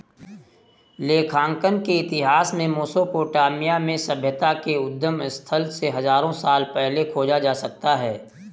लेखांकन के इतिहास को मेसोपोटामिया में सभ्यता के उद्गम स्थल से हजारों साल पहले खोजा जा सकता हैं